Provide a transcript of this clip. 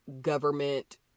government